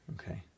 Okay